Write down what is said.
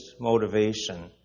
motivation